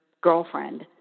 girlfriend